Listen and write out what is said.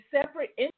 separate